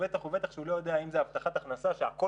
ובטח ובטח שהוא לא יודע האם זה הבטחת הכנסה שהכול